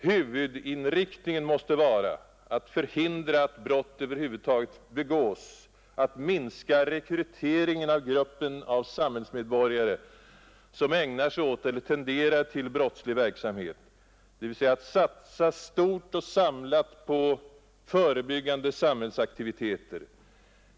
Huvudinriktningen måste vara att förhindra att brott över huvud taget begås, att minska rekryteringen av gruppen samhällsmedborgare som ägnar sig åt eller tenderar till brottslig verksamhet — dvs. att satsa stort och samlat på förebyggande samhällsaktiviteter.